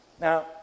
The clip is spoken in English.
Now